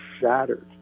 shattered